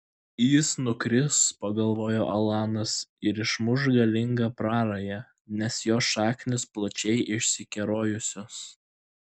jis nukris pagalvojo alanas ir išmuš galingą prarają nes jo šaknys plačiai išsikerojusios